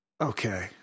Okay